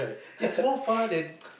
it's more fun than